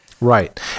Right